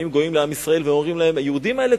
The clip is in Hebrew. שהיו באים הגויים לעם ישראל ואומרים להם: היהודים האלה,